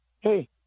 hey